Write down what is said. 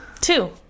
Two